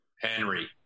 Henry